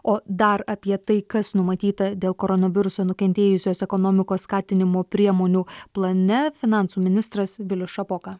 o dar apie tai kas numatyta dėl koronaviruso nukentėjusios ekonomikos skatinimo priemonių plane finansų ministras vilius šapoka